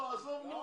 עזוב.